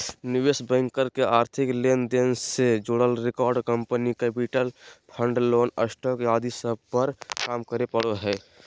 निवेश बैंकर के आर्थिक लेन देन से जुड़ल record, company capital, fund, loan, stock आदि सब पर काम करे पड़ो हय